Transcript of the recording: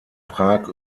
prag